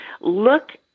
look